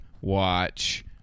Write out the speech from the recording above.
watch